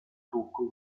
trucco